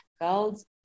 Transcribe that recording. girls